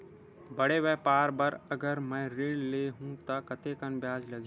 बड़े व्यापार बर अगर मैं ऋण ले हू त कतेकन ब्याज लगही?